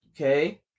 Okay